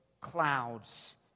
clouds